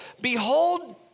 Behold